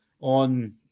On